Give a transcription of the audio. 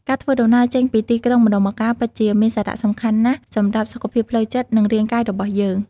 ការធ្វើដំណើរចេញពីទីក្រុងម្តងម្កាលពិតជាមានសារៈសំខាន់ណាស់សម្រាប់សុខភាពផ្លូវចិត្តនិងរាងកាយរបស់យើង។